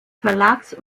verlags